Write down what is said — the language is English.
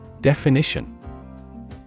Definition